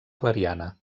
clariana